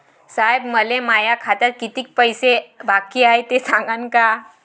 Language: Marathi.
साहेब, मले माया खात्यात कितीक पैसे बाकी हाय, ते सांगान का?